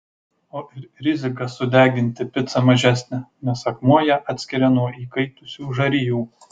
o ir rizika sudeginti picą mažesnė nes akmuo ją atskiria nuo įkaitusių žarijų